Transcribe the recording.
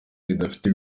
idafite